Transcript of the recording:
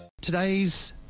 today's